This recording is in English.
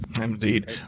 indeed